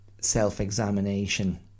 self-examination